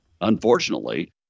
unfortunately